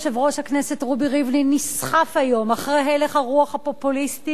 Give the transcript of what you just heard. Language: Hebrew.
יושב-ראש הכנסת רובי ריבלין נסחף היום אחרי הלך הרוח הפופוליסטי,